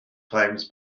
claims